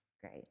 great